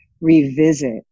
revisit